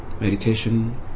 meditation